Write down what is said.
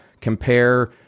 compare